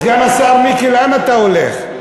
סגן השר מיקי, למה אתה הולך?